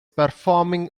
performing